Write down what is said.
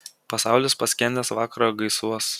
pasaulis paskendęs vakaro gaisuos